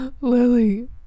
Lily